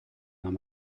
dans